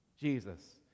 Jesus